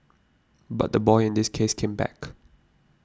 but the boy in this case came back